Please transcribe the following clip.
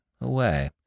away